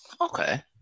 Okay